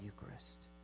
Eucharist